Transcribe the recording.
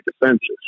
defenses